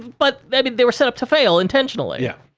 but, i mean, they were set up to fail, intentionally. yeah.